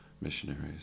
missionaries